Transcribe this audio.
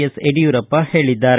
S Yediyurappa ಹೇಳಿದ್ದಾರೆ